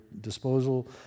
disposal